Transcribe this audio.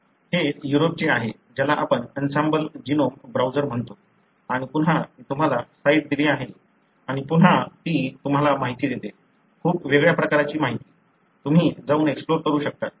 हे युरोपचे आहे ज्याला आपण "अनसाम्बल" जीनोम ब्राउझर म्हणतो आणि पुन्हा मी तुम्हाला साइट दिली आहे आणि पुन्हा ती तुम्हाला माहिती देते खूप वेगळ्या प्रकारची माहिती तुम्ही जाऊन एक्सप्लोर करू शकता